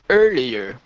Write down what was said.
earlier